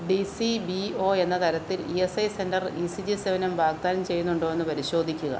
D C B O എന്ന തരത്തിൽ E S I C centre E C G സേവനം വാഗ്ദാനം ചെയ്യുന്നുണ്ടോ എന്ന് പരിശോധിക്കുക